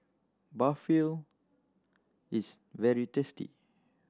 barfil is very tasty